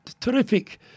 terrific